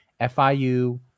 FIU